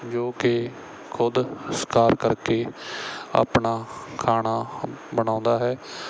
ਜੋ ਕਿ ਖੁਦ ਸ਼ਿਕਾਰ ਕਰਕੇ ਆਪਣਾ ਖਾਣਾ ਬਣਾਉਂਦਾ ਹੈ